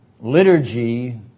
liturgy